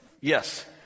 Yes